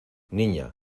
niña